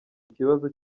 ikibazo